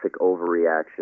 overreaction